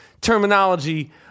terminology